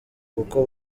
kuko